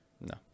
No